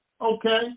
Okay